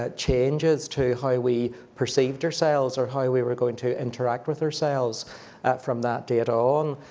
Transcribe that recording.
ah changes to how we perceived ourselves, or how we were going to interact with ourselves, from that date on,